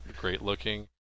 great-looking